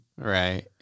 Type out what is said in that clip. right